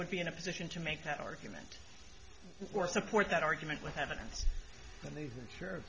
would be in a position to make that argument or support that argument with ev